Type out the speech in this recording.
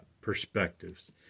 perspectives